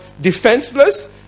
defenseless